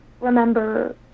remember